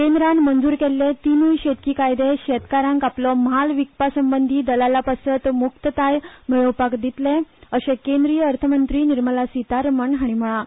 केंद्रान मंजूर केल्ले तिनूय कायदे शेतकारांक आपलो म्हाल विकपा संबंदी दलालां पासत मुक्तताय मेळोवन दितले अशें केंद्रीय अर्थ मंत्री निर्मला सितारामन हांणी म्हणलां